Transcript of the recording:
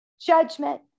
judgment